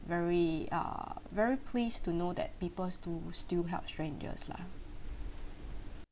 very uh very pleased to know that people still still help strangers lah